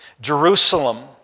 Jerusalem